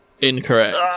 incorrect